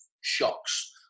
shocks